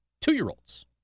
two-year-olds